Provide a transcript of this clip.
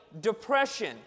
depression